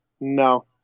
No